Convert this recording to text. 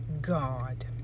God